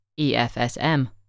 EFSM